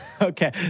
Okay